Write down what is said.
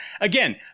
Again